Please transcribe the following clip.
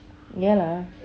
ஏன்:en lah